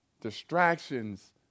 distractions